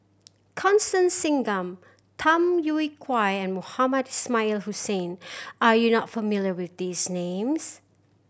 Constance Singam Tham Yui Kai and Mohamed Ismail Hussain are you not familiar with these names